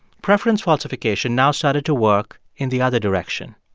preference falsification now started to work in the other direction.